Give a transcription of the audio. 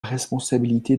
responsabilité